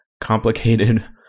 complicated